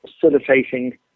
facilitating